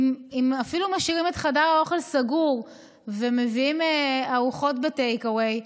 ואפילו משאירים את חדר האוכל סגור ומביאים ארוחות בטייק אווי.